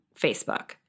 Facebook